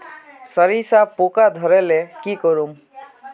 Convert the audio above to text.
सरिसा पूका धोर ले की करूम?